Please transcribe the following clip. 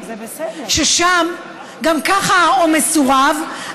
ששם גם כך העומס הוא רב,